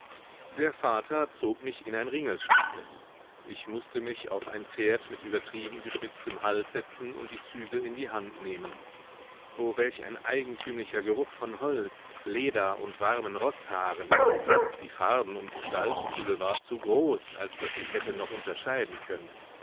der vater zog mich in ein ringelspiel ich mußte mich auf ein pferd mit übertrieben geschnitztem hals setzen und die zügel in die hand nehmen o welch ein eigentümlicher geruch von holz leder und warmen roßhaaren die farben und gestaltenfülle war zu groß als daß ich hätte noch unterscheiden können